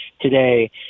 today